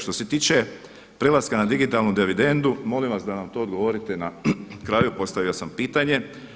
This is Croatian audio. Što se tiče prelaska na digitalnu dividendu molim vas da nam to odgovorite na kraju, postavio sam pitanje.